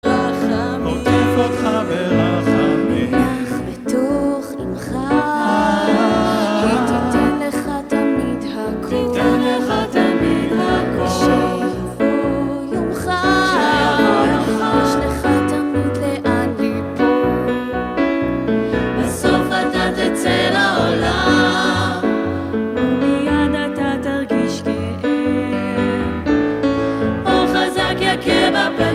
רחמים. עוטף אותך ברחמים. נח בתוך אימך, היא תיתן לך תמיד הכל. תיתן לך תמיד הכל. כשיבוא יומך. כשיבוא יומך. יש לך תמיד לאן לפול. בסוף אתה תצא לעולם, ומיד אתה תרגיש גאה. אור חזק יכה בפנים